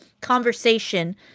conversation